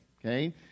Okay